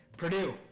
Purdue